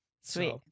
sweet